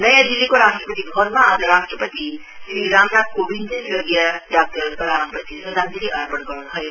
नयाँ दिल्लीको राष्ट्रपति भवनमा आज राष्ट्रपति श्री रामनाथ कोबिन्दले स्वर्गीय डाक्टर कलामप्रति श्रद्धाञ्लि अर्पण गर्नूभयो